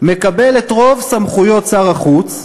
מקבל את רוב סמכויות שר החוץ,